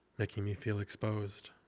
making me feel exposed.